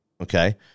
okay